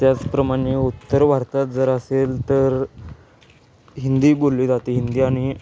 त्याचप्रमाणे उत्तर भारतात जर असेल तर हिंदी बोलली जाते हिंदी आणि